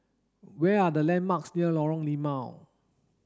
where are the landmarks near Lorong Limau